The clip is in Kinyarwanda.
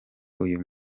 uyu